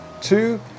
two